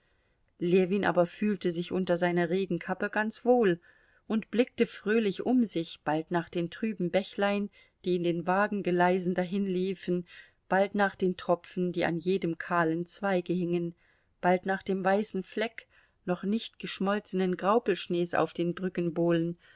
ljewin aber fühlte sich unter seiner regenkappe ganz wohl und blickte fröhlich um sich bald nach den trüben bächlein die in den wagengeleisen dahinliefen bald nach den tropfen die an jedem kahlen zweige hingen bald nach dem weißen fleck noch nicht geschmolzenen graupelschnees auf den brückenbohlen